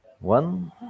One